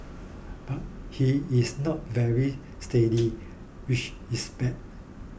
but he is not very stealthy which is bad